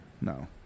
No